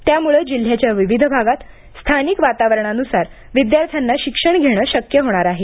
त्यामुळं जिल्ह्याच्या विविध भागात स्थानिक वातावरणानुसार विद्यार्थ्यांना शिक्षण घेणं शक्य होणार आहे